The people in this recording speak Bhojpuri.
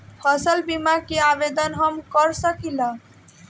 फसल बीमा के आवेदन हम कर सकिला?